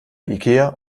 ikea